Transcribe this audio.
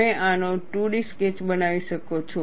તમે આનો 2D sketch બનાવી શકો છો